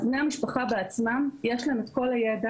אז בני המשפחה בעצמם, יש להם את כל הידע.